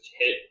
hit